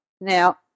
Now